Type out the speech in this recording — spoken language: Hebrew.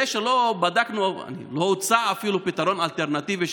זה שלא בדקנו ולא הוצע אפילו פתרון אלטרנטיבי,